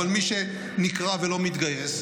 אבל מי שנקרא ולא מתגייס,